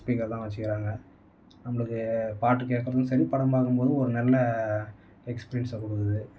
speaker எல்லாம் வச்சுக்கிறாங்க நம்பளுக்கு பாட்டு கேட்கும் போதும் சரி படம் பார்க்கும் போதும் ஒரு நல்ல எக்ஸ்பீரியன்ஸ்ஸை கொடுக்குது